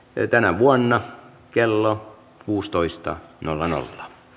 ei tänä vuonna kello kuusitoista nolla nolla